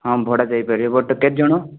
ହଁ ଭଡ଼ା ଯାଇପାରିବେ ବଟ୍ କେତେଜଣ